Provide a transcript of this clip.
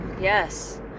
yes